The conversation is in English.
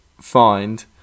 find